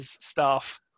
staff